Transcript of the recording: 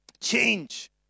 change